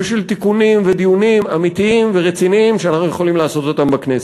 ושל תיקונים ודיונים אמיתיים ורציניים שאנחנו יכולים לעשות אותם בכנסת.